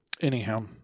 Anyhow